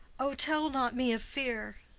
o, tell not me of fear!